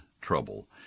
trouble